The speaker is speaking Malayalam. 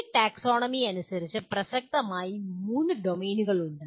ഈ ടാക്സോണമി അനുസരിച്ച് പ്രസക്തമായ മൂന്ന് ഡൊമെയ്നുകൾ ഉണ്ട്